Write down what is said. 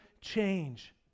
change